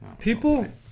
People